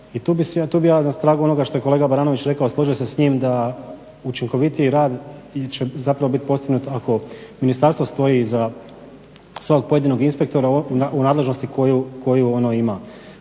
i tu bi ja na tragu onoga što je kolega Baranović rekao složio se s njim da učinkovitiji rad će zapravo biti postignut ako ministarstvo stoji iza svakog pojedinog inspektora u nadležnosti koju ono ima.